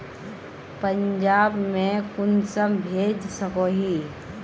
पंजाब में कुंसम भेज सकोही?